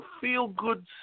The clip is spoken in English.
feel-good